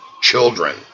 children